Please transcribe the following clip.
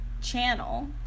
channel